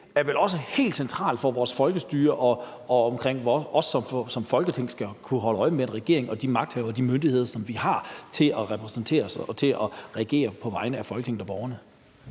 er vel også helt centralt for vores folkestyre og for, at vi som Folketing skal kunne holde øje med regeringen, de magthavere og de myndigheder, som vi har til at repræsentere os og til at reagere på vegne af Folketinget og borgerne.